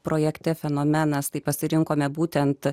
projekte fenomenas tai pasirinkome būtent